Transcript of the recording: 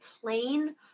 plain